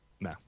No